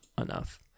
enough